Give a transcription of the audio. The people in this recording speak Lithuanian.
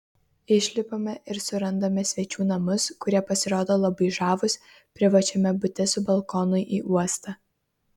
išlipame ir surandame svečių namus kurie pasirodo labai žavūs privačiame bute su balkonu į uostą